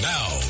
Now